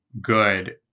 good